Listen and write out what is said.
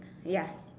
ya